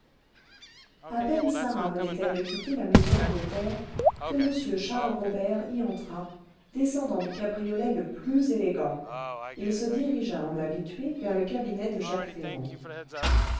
à peine sarah venait-elle de quitter la maison du notaire que m charles robert y entra descendant du cabriolet le plus élégant il se dirigea en habitué vers le cabinet de jacques ferrand